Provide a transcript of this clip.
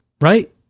right